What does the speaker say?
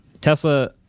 Tesla